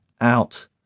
out